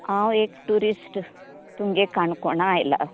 हांव एक टुरिस्ट तुमगे काणकोणा आयलां